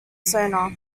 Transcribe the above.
sonar